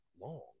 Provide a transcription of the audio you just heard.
long